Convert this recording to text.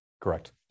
Correct